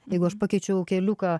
jeigu aš pakeičiau keliuką